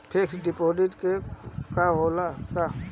Fix deposit से का होखे ला?